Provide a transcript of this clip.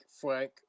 Frank